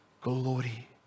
glory